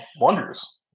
wonders